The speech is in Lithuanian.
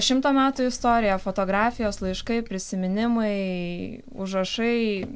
šimto metų istorija fotografijos laiškai prisiminimai užrašai